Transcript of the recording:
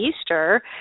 Easter